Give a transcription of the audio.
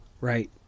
Right